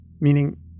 meaning